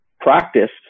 practiced